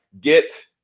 Get